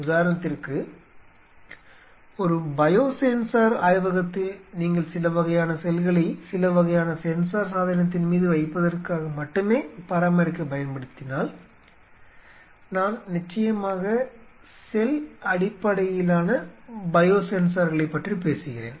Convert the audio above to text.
உதாரணத்திற்கு ஒரு பயோசென்சார் ஆய்வகத்தில் நீங்கள் சில வகையான செல்களை சில வகையான சென்சார் சாதனத்தின் மீது வைப்பதற்காக மட்டுமே பராமரிக்க பயன்படுத்தினால் நான் நிச்சயமாக செல் அடிப்படையிலான பயோசென்சர்களைப் பற்றி பேசுகிறேன்